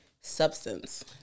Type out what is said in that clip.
substance